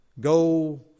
Go